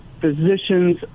physicians